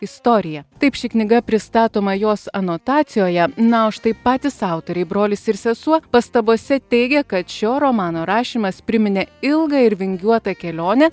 istoriją taip ši knyga pristatoma jos anotacijoje na o štai patys autoriai brolis ir sesuo pastabose teigia kad šio romano rašymas priminė ilgą ir vingiuotą kelionę